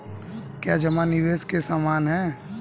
क्या जमा निवेश के समान है?